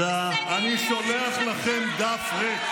(חברת הכנסת יסמין פרידמן יוצאת מאולם המליאה.) "אני שולח לכם דף ריק".